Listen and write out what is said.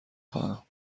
خواهم